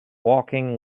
walking